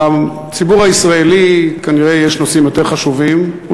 לציבור הישראלי יש כנראה נושאים חשובים יותר,